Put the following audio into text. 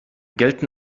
gelten